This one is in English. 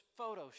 photoshopped